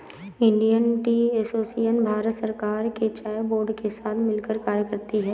Indian tea association Bharat सरकार के चाय बोर्ड के साथ मिलकर कार्य करती है